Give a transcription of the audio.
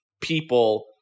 people